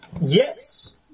Yes